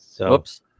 Oops